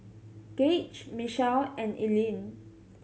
Gauge Michele and Eileen